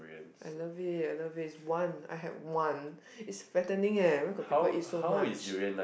I love it I love it it's one I had one it's fattening leh where got people eat so much